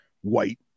white